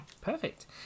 perfect